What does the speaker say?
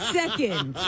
second